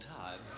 time